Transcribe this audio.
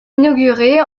inauguré